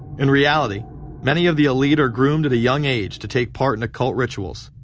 in reality many of the elite are groomed at a young age to take part in occult rituals.